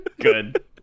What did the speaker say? Good